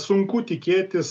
sunku tikėtis